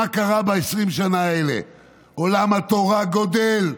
מה קרה ב-20 שנה האלה: עולם התורה גדל,